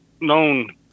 known